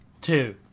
Two